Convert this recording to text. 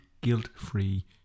Guilt-free